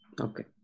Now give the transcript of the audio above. Okay